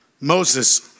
Moses